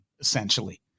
essentially